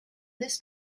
this